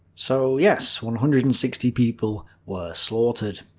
so yes, one hundred and sixty people were slaughtered.